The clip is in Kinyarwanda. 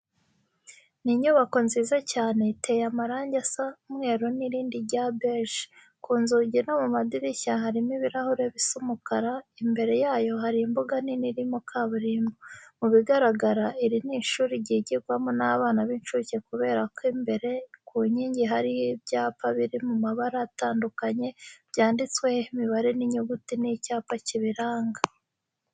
Ni inyubako nziza cyane iteye amarange asa umweru n'irindi rya beje. Ku nzugi no mu madirishya harimo ibirahure bisa umukara, imbere yayo hari imbuga nini irimo kaburimbo. Mu bigaragara iri ni ishuri ryigirwamo n'abana b'incuke kubera ko imbere ku nkingi hariho imyapa biri mu mabara atandukanye byanditseho imibare n'unyuguti n'icyapa kibiranga.